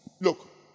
look